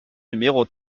numéro